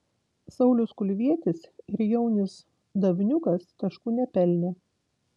saulius kulvietis ir jaunius davniukas taškų nepelnė